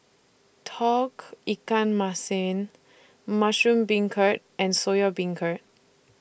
Tauge Ikan Masin Mushroom Beancurd and Soya Beancurd